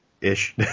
Ish